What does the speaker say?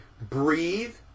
breathe